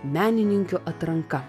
menininkių atranka